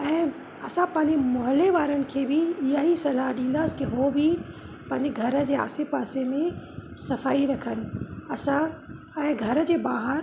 ऐं असां पंहिंजे मुहले वारनि खे बि इहा ई सलाहु ॾींदासीं की उहे बि पंहिंजे घर जे आसे पासे में सफ़ाई रखनि असां ऐं घर जे ॿाहिरि